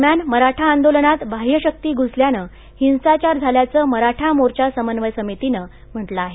दरम्यान मराठा आंदोलनात बाह्य शक्ती घुसल्यानं हिंसाचार झाल्याचं मराठा मोर्चा समन्वय समितीनं म्हटलं आहे